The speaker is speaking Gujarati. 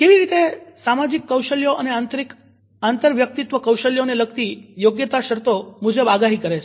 કેવી રીતે સામાજિક કૌશલ્યો અને આંતરવ્યક્તિત્વ કૌશલ્યોને લગતી યોગ્યતા શરતો મુજબ આગાહી કરે છે